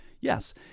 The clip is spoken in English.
Yes